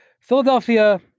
Philadelphia